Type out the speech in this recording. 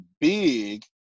big